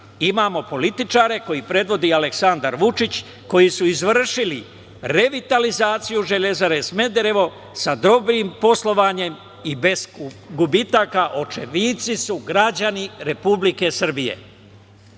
imamo političare koje predvodi Aleksandar Vučić koji su izvršili revitalizaciju Železare Smederevo, sa dobrim poslovanjem i bez gubitaka. Očevici su građani Republike Srbije. Da